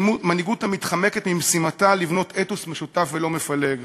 מנהיגות המתחמקת ממשימתה לבנות אתוס משותף ולא מפלג.